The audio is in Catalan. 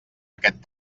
aquest